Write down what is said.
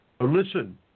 Listen